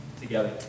together